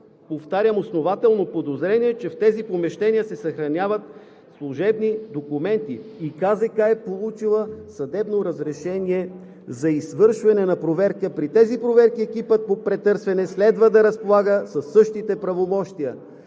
повтарям, основателно подозрение, че в тези помещения се съхраняват служебни документи и КЗК е получила съдебно разрешение за извършване на проверка. При тези проверки екипът по претърсване следва да разполага със същите правомощия.